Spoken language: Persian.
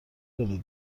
دلت